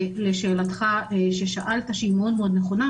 לשאלתך שהיא נכונה מאוד,